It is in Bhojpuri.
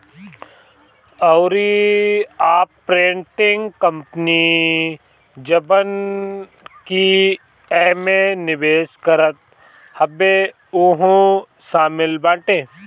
अउरी आपरेटिंग कंपनी जवन की एमे निवेश करत हवे उहो शामिल बाटे